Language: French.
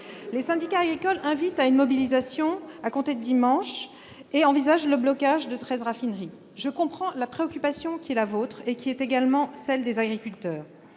Les syndicats agricoles invitent à une mobilisation à compter de dimanche et envisagent le blocage de treize raffineries. Je comprends la préoccupation qui est la vôtre et qui est également celle des agriculteurs.